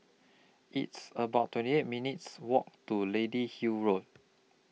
It's about twenty eight minutes' Walk to Lady Hill Road